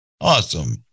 Awesome